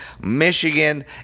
Michigan